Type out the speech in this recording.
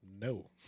No